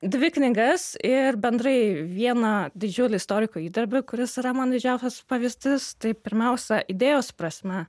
dvi knygas ir bendrai vieną didžiulį istorikų įdarbį kuris yra man didžiausias pavyzdys tai pirmiausia idėjos prasme